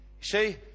See